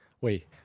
wait